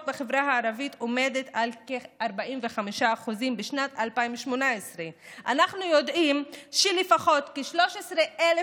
בחברה הערבית עומדת על כ-45% בשנת 2018. אנחנו יודעים שלפחות 13,000